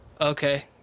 Okay